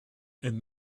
and